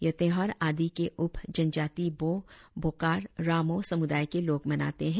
यह त्योहार आदी के उप जनजाति बोह बोकार रामोह समुदाय के लोग मनाते है